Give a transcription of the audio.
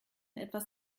etwas